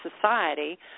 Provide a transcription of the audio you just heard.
society